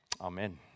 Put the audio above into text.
Amen